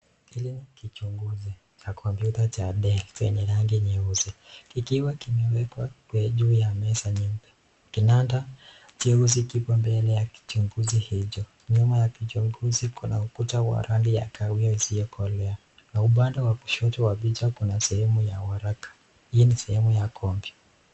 Hili ni kichunguzi cha kompyuta ya del lenye rangi nyeusi kikiwa kimewekwa juu ya meza nyeupe, kinanda cheusi kipo mbele ya kichunguzi hicho. Nyuma ya kichunguzi hicho kuna kuta ya kahawia iliokolea na upande wa kushoto wa picha kuna seheme ya waraka, hii ni sehemu ya kompyuta.